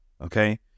Okay